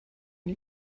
die